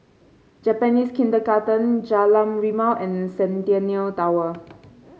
Japanese Kindergarten Jalan Rimau and Centennial Tower